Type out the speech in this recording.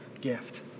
gift